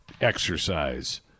Exercise